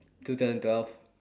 two thousand twelve